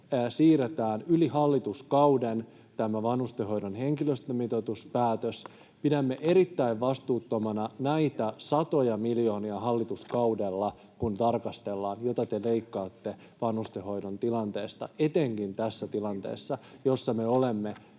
siirretään yli hallituskauden tämä vanhustenhoidon henkilöstömitoituspäätös. Pidämme erittäin vastuuttomana näitä satoja miljoonia, kun hallituskautta tarkastellaan, jotka te leikkaatte vanhustenhoidon tilanteesta, etenkin tässä tilanteessa, jossa me olemme